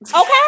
okay